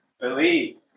believe